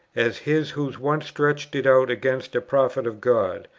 as his who once stretched it out against a prophet of god!